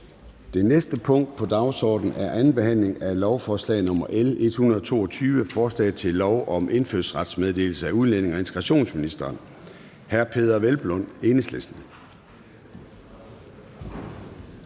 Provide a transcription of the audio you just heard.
Det næste punkt på dagsordenen er: 31) 2. behandling af lovforslag nr. L 122: Forslag til lov om indfødsrets meddelelse. Af udlændinge- og integrationsministeren (Kaare Dybvad Bek).